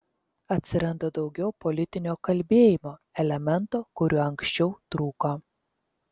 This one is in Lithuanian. atsiranda daugiau politinio kalbėjimo elemento kuriuo anksčiau trūko